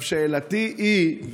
שאלתי היא,